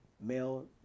Male